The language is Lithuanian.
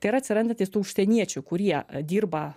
tai yra atsirandantys tų užsieniečių kurie dirba